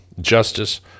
Justice